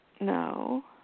No